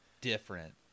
different